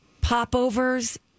popovers